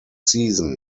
season